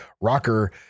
rocker